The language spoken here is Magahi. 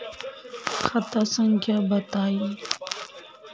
खाता संख्या बताई?